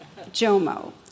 Jomo